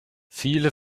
viele